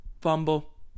Fumble